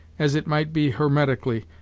as it might be hermetically,